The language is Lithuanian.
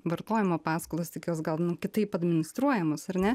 vartojimo paskolos tik jos gal nu kitaip administruojamos ar ne